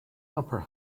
upper